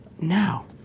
now